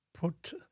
put